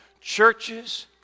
Churches